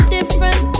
different